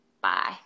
Bye